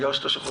הרגשת שחשדו בך?